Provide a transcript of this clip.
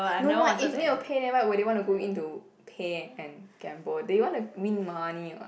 no what if need to pay then why would they want to go in to pay and gamble they want to win money [what]